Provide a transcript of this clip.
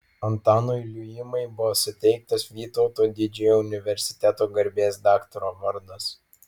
antanui liuimai buvo suteiktas vytauto didžiojo universiteto garbės daktaro vardas